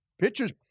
pictures